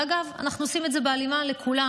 אגב, אנחנו עושים את זה בהלימה לכולם.